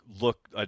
look